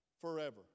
forever